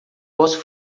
posso